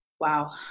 Wow